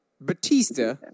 Batista